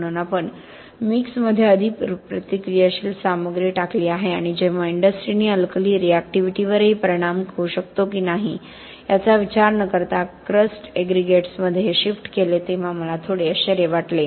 म्हणून आपण मिक्समध्ये अधिक प्रतिक्रियाशील सामग्री टाकली आहे आणि जेव्हा इंडस्ट्रीने अल्कली रिऍक्टिव्हिटीवर परिणाम होऊ शकतो की नाही याचा विचार न करता क्रस्ट एग्रीगेट्समध्ये हे शिफ्ट केले तेव्हा मला थोडे आश्चर्य वाटले